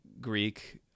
Greek